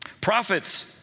Prophets